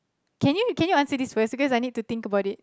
can you can you answer this first because I need to think about it